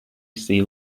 see